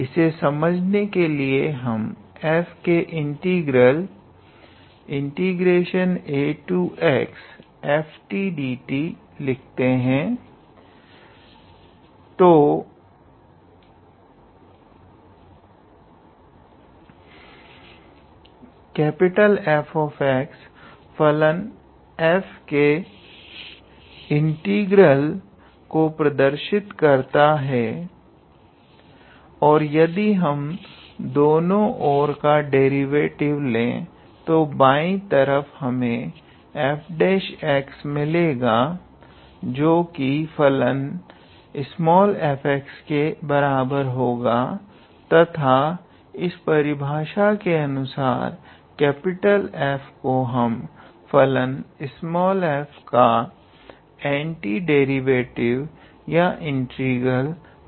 इसे समझने के लिए हम f का इंटीग्रल axftdt लिखते हैं तो F फलन f के इंटीग्रल को प्रदर्शित करता है और यदि हम दोनों ओर का डेरिवेटिव ले तो बाएं हाथ की तरफ हमें 𝐹′ मिलेगा जो कि फलन f के बराबर होगा तथा इस परिभाषा के अनुसार F को हम फलन f का एंटीडेरिवेटिव या इंटीग्रल कहेंगे